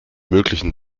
möglichen